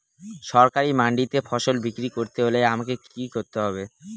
সরকারি মান্ডিতে ফসল বিক্রি করতে হলে আমাকে কি কি করতে হবে?